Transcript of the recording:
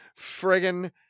Friggin